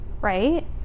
right